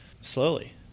Slowly